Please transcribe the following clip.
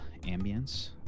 ambience